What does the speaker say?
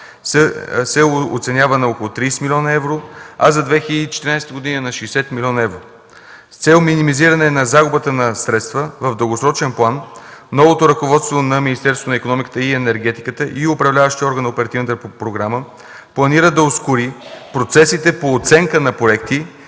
се оценява на около 30 млн. евро, а за 2014 г. – на 60 млн. евро. С цел минимизиране на загубата на средства в дългосрочен план новото ръководство на Министерството на икономиката и енергетиката и управляващият орган на оперативната програма планира да ускори процесите по оценка на проекти